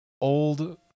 old